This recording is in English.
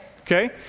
Okay